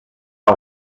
sie